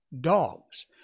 dogs